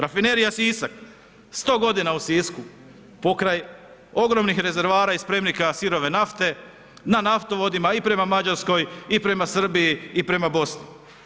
Rafinerija Sisak, 100 g. u Sisku, pokraj ogromnih rezervoara i spremnika sirove nafte na naftovodima i prema Mađarskoj i prema Srbiji i prema Bosni.